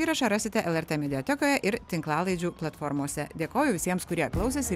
įrašą rasite lrt mediatekoje ir tinklalaidžių platformose dėkoju visiems kurie klausėsi